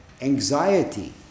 anxiety